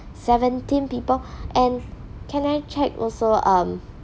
seventeen people and can I check also um